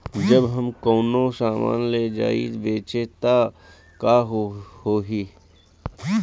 जब हम कौनो सामान ले जाई बेचे त का होही?